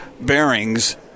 bearings